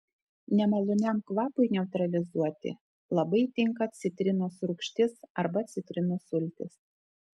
nemaloniam kvapui neutralizuoti labai tinka citrinos rūgštis arba citrinų sultys